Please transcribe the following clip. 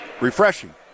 refreshing